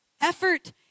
Effort